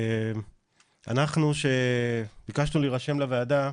אנחנו כאשר ביקשנו להירשם לוועדה,